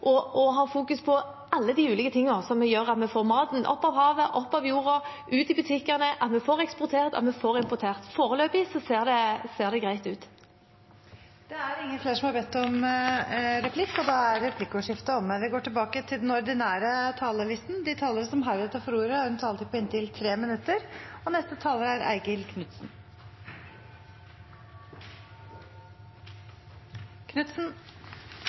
Og det er helt riktig at det er det som er det viktige her. Da er det viktig å fokusere på alle de ulike tingene som gjør at vi får maten opp av havet, opp av jorda og ut i butikkene, at vi får eksportert, at vi får importert. Foreløpig ser det greit ut. Replikkordskiftet er omme. De talerne som heretter får ordet, har en taletid på inntil 3 minutter. Det viktigste vi gjør i denne salen i dag, er å sørge for litt større trygghet for folk og